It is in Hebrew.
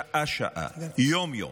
שעה-שעה, יום-יום,